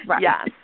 Yes